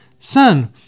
Son